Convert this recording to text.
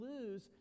lose